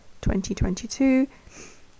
2022